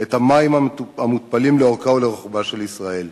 את המים המותפלים לאורכה ולרוחבה של ישראל.